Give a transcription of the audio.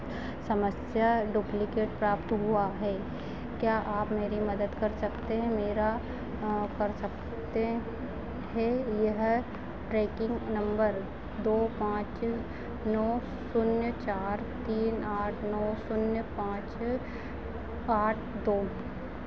समस्या डुप्लिकेट प्राप्त हुआ है क्या आप मेरी मदद कर सकते हैं मेरा कर सकते हैं यह ट्रैकिंग नंबर दो पाँच नौ शून्य चार तीन आठ नौ शून्य पाँच आठ दो